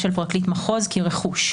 למשל.